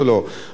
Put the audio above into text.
בכל מצב,